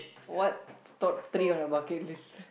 what's top three on your bucket list